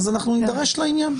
אז אנחנו נדרש לעניין.